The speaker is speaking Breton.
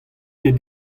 ket